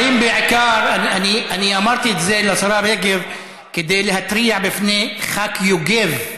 אני אמרתי את זה לשרה רגב כדי להתריע בפני ח"כ יוגב,